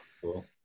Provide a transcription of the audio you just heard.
cool